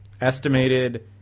estimated